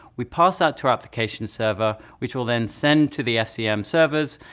we pass that to our application server, which will then send to the fcm servers.